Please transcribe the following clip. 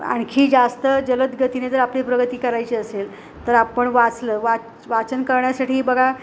आणखी जास्त जलदगतीने जर आपली प्रगती करायची असेल तर आपण वाचलं वाच वाचन करण्यासाठी बघा